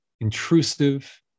intrusive